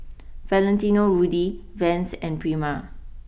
Valentino Rudy Vans and Prima